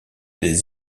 des